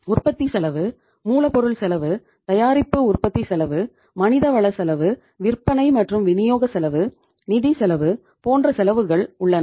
உற்பத்தி செலவு மூலப்பொருள் செலவு தயாரிப்பு உற்பத்தி செலவு மனித வள செலவு விற்பனை மற்றும் விநியோக செலவு நிதி செலவு போன்ற செலவுகள் உள்ளன